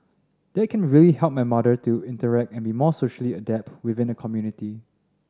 that can really help my mother to interact and be more socially adept within the community